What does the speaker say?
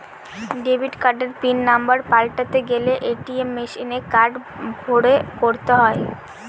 debit কার্ডের pin number পাল্টাতে গেলে এ.টি.এম মেশিনে কার্ড ভোরে করতে হয়